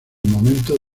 momentos